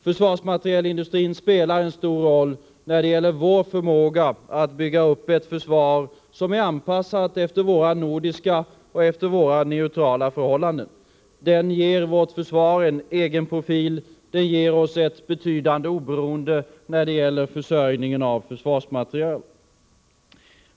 Försvarsmaterielindustrin spelar en stor roll när det gäller vår förmåga att bygga upp ett försvar som är anpassat efter våra nordiska och efter våra neutrala förhållanden. Den ger vårt försvar en egen profil. Den ger oss ett betydande oberoende när det gäller försörjningen av försvarsmateriel.